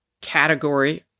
category